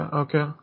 okay